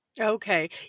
Okay